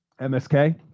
msk